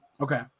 Okay